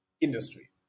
industry